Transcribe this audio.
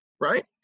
right